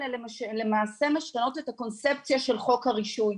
התקנות האלה למעשה משנות את הקונספציה של חוק הרישוי.